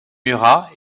murat